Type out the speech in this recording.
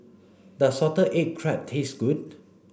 does salted egg crab taste good